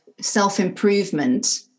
self-improvement